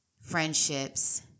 friendships